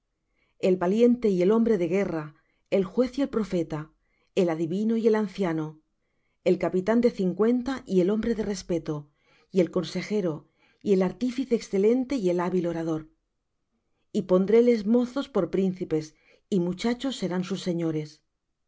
el valiente y el hombre de guerra el juez y el profeta el adivino y el anciano el capitán de cincuenta y el hombre de respeto y el consejero y el artífice excelente y el hábil orador y pondréles mozos por príncipes y muchachos serán sus señores y